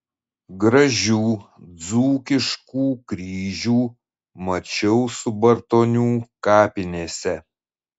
gražių dzūkiškų kryžių mačiau subartonių kapinėse